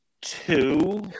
two